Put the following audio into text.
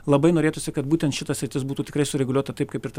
labai norėtųsi kad būtent šita sritis būtų tikrai sureguliuota taip kaip ir ta